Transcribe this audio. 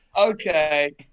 Okay